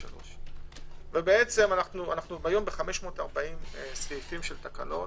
בעצם היום אנו ב-540 סעיפי תקנות